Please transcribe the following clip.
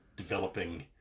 developing